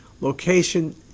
Location